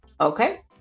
Okay